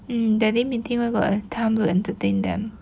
um daddy meeting where got time to entertain them